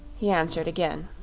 he answered, again.